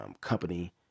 company